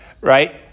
right